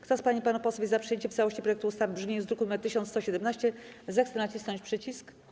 Kto z pań i panów posłów jest za przyjęciem w całości projektu ustawy w brzmieniu z druku nr 1117, zechce nacisnąć przycisk.